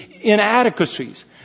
inadequacies